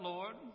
Lord